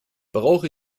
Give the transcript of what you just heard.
brauche